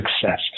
success